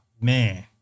man